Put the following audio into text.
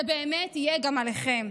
זה באמת יהיה גם עליכם.